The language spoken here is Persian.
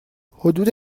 حدود